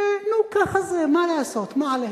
גזעניים, ונו, ככה זה, מה לעשות, "מעלש",